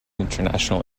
international